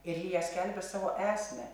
ir ji ja skelbia savo esmę